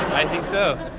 i think so.